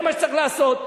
זה מה שצריך לעשות.